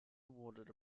awarded